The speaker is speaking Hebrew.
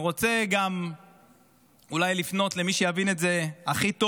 אני רוצה גם אולי לפנות למי שיבין את זה הכי טוב.